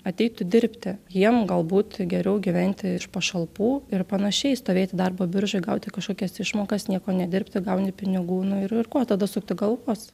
ateitų dirbti jiem galbūt geriau gyventi iš pašalpų ir panašiai stovėti darbo biržoj gauti kažkokias išmokas nieko nedirbti gauni pinigų nu ir ir ko tada sukti galvos